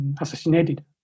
assassinated